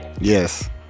Yes